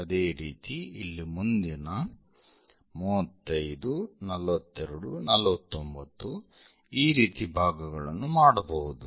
ಅದೇ ರೀತಿ ಇಲ್ಲಿ ಮುಂದಿನ 35 42 49 ಈ ರೀತಿ ಭಾಗಗಳನ್ನು ಮಾಡಬಹುದು